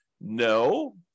No